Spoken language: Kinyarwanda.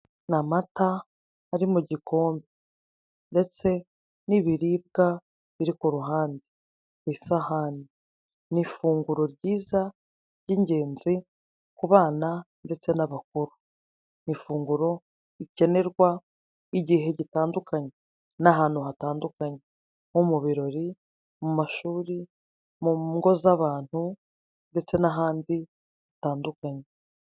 Ni amata ari mu gikombe ndetse n'ibiribwa biri ku ruhande ku isahani, ni ifunguro ryiza ry'ingenzi ku bana ndetse n'abakuri. Ni ifunguro rikenerwa igihe gitandukanyue, n'ahantu hatandukanye, nko mu birori, mu mashuri, mu ngo z'abantu ndetse n'ahandi hatandukanye.